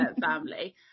family